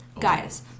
Guys